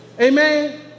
Amen